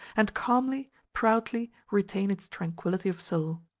and calmly, proudly retain its tranquillity of soul.